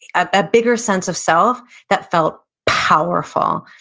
a bigger sense of self that felt powerful.